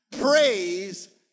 praise